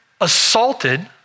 assaulted